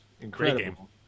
incredible